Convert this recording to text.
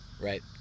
right